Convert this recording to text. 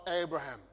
Abraham